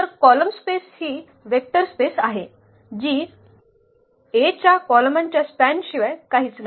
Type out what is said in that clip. तर column space ही vector space आहे जी A च्या कॉलमांच्या स्पॅनशिवाय काहीच नाही